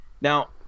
Now